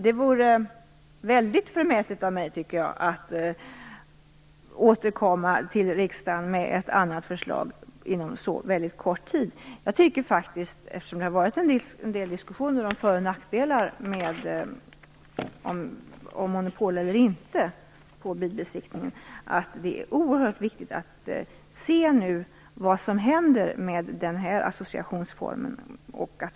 Det vore förmätet av mig att återkomma till riksdagen med ett annat förslag inom en så kort tid. Eftersom det har varit en del diskussioner om föroch nackdelar med monopol när det gäller bilbesiktningen är det oerhört viktigt att nu se vad som händer med den här associationsformen.